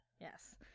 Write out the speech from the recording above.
Yes